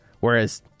Whereas